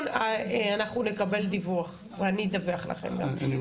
אנחנו נקבל דיווח ואני אדווח לכם גם.